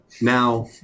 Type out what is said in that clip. Now